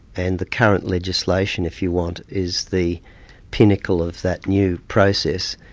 and the current legislation, if you want, is the pinnacle of that new process.